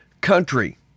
country